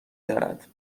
دارد